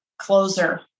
closer